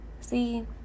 See